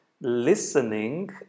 listening